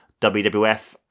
wwf